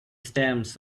stems